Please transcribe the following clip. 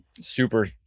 Super